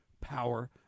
power